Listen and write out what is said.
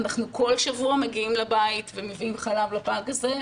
אנחנו כל שבוע מגיעים לבית ומביאים חלב לפג הזה,